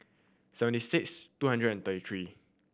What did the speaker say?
seventy six two hundred and thirty three